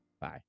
Bye